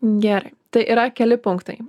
gerai tai yra keli punktai